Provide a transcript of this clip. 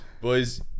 Boys